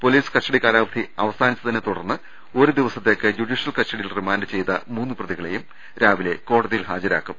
police custody കാലാവധി അവസാനിച്ചതിനെ തുടർന്ന് ഒരു ദിവസത്തേക്ക് ജുഡീഷ്യൽ കസ്റ്റഡിയിൽ റിമാന്റ് ചെയ്ത മൂന്ന് പ്രതികളെയും രാവിലെ കോടതിയിൽ ഹാജരാക്കും